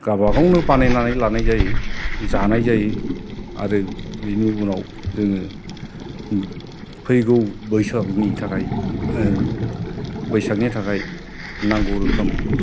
गावबा गावनो बानायनानै लानाय जायो जानाय जायो आरो बिनि उनाव जोङो फैगौ बैसागुनि थाखाय बैसागनि थाखाय नांगौ रोखोम